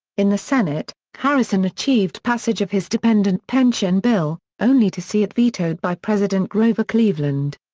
in the senate, harrison achieved passage of his dependent pension bill, only to see it vetoed by president grover cleveland.